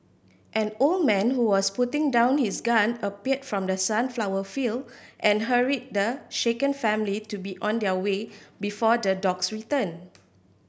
an old man who was putting down his gun appeared from the sunflower field and hurried the shaken family to be on their way before the dogs return